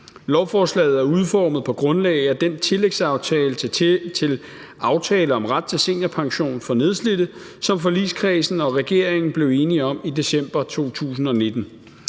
Lovforslaget er udformet på grundlag af den tillægsaftale til »Aftale om ret til seniorpension for nedslidte«, som forligskredsen og regeringen blev enige om i december 2019.